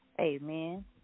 Amen